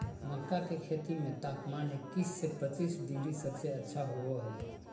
मक्का के खेती में तापमान इक्कीस से बत्तीस डिग्री सबसे अच्छा होबो हइ